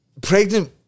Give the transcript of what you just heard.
pregnant